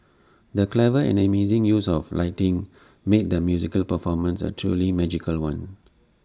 the clever and amazing use of lighting made the musical performance A truly magical one